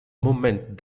movement